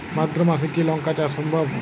ভাদ্র মাসে কি লঙ্কা চাষ সম্ভব?